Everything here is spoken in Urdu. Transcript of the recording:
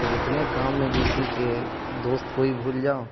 مطلب اتنے کام میں بیزی کے دوست کو ہی بھول جاؤ